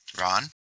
Ron